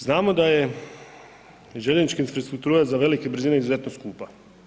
Znamo da je željeznička infrastruktura za velike brzine izuzetno skupa.